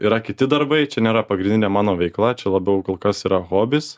yra kiti darbai čia nėra pagrindinė mano veikla čia labiau kol kas yra hobis